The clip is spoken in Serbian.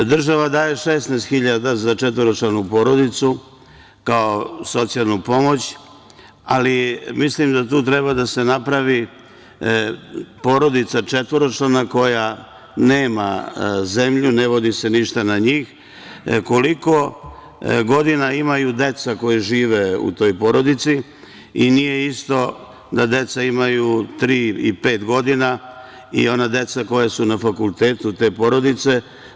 Država daje 16 hiljada za četvoročlanu porodicu kao socijalnu pomoć, ali mislim da tu treba da se napravi porodica četvoročlana koja nema zemlju, ne vodi se ništa na njih, koliko godina imaju deca koja žive u toj porodici i nije isto da deca imaju tri i pet godina i ona deca koja su na fakultetu te porodice.